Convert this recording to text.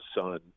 son